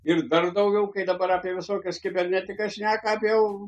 ir dar daugiau kai dabar apie visokias kibernetikas šneka apie